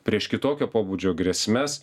prieš kitokio pobūdžio grėsmes